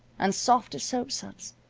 and soft as soap-suds,